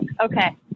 Okay